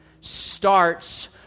starts